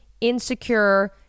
insecure